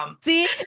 See